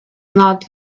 not